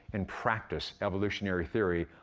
and practice evolutionary theory,